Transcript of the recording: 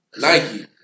Nike